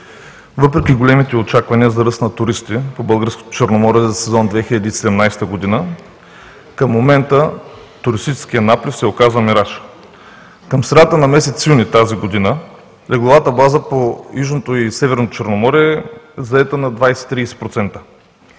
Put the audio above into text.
Въпреки големите очаквания за ръст на туристи по българското Черноморие за сезон 2017 г., към момента туристическият наплив се оказа мираж. Към средата на месец юни тази година легловата база по Южното и Северното Черноморие е заета на 20 – 30%.